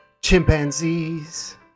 chimpanzees